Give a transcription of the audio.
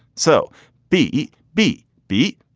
so b b beat,